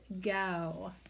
go